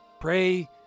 Pray